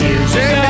Music